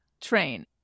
train